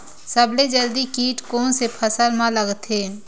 सबले जल्दी कीट कोन से फसल मा लगथे?